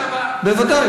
בוודאי.